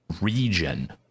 region